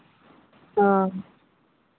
ᱚ